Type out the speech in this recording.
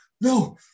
no